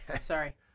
sorry